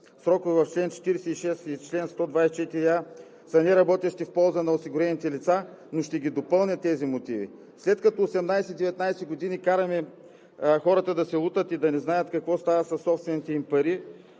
срокове в чл. 46 и чл. 124а са неработещи в полза на осигурените лица, но ще ги допълня. След като 18 – 19 години караме хората да се лутат и да не знаят какво става със собствените им пари